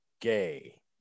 gay